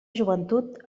joventut